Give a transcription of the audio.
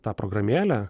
tą programėlę